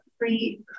free